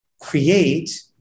create